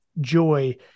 joy